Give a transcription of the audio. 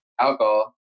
alcohol